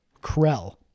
Krell